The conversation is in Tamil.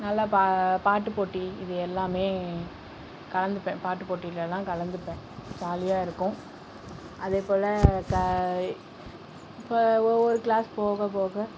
நல்லா பா பாட்டு போட்டி இது எல்லாமே கலந்துப்பேன் பாட்டு போட்டியிலலாம் கலந்துப்பேன் ஜாலியாக இருக்கும் அதே போல இப்போ ஒவ்வொரு கிளாஸ் போக போக